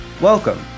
Welcome